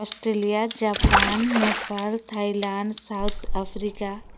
Australia Japan Nepal Thailand South Africa